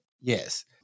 Yes